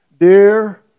Dear